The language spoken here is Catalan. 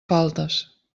faltes